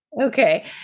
Okay